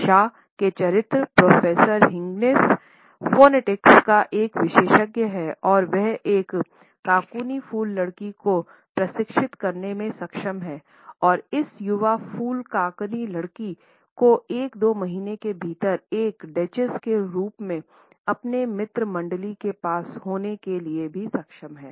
शॉ के चरित्र Prof Higgins का एक विशेषज्ञ है और वह एक कॉकनी फूल लड़की को प्रशिक्षित करने में सक्षम है और इस युवा फूल कॉकनी लड़की को एक दो महीने के भीतर एक डचेस के रूप में अपने मित्र मंडली में पास होने के लिए भी सक्षम है